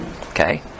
Okay